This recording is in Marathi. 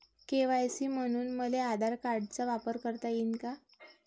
के.वाय.सी म्हनून मले आधार कार्डाचा वापर करता येईन का?